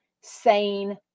sane